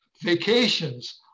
vacations